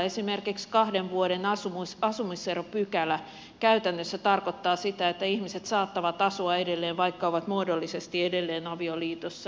esimerkiksi kahden vuoden asumiseropykälä käytännössä tarkoittaa sitä että ihmiset saattavat asua erillään vaikka ovat muodollisesti edelleen avioliitossa